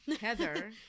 heather